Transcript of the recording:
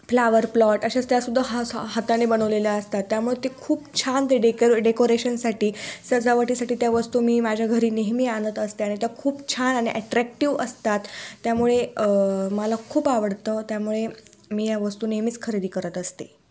flower plot असे त्यासुद्धा ह स हाताने बनवलेल्या असतात त्यामुळे ते खूप छान ते डेकर डेकोरेशनसाठी सजावटीसाठी त्या वस्तू मी माझ्या घरी नेहमी आणत असते आणि त्या खूप छान आणि ॲट्रॅक्टिव्ह असतात त्यामुळे मला खूप आवडतं त्यामुळे मी या वस्तू नेहमीच खरेदी करत असते